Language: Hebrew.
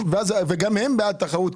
גם הם בעד תחרות.